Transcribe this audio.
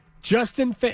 Justin